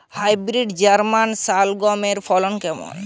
Hybrid German শালগম এর ফলন কেমন?